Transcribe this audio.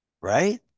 Right